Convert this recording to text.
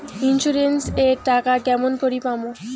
Insurance এর টাকা কেমন করি পাম?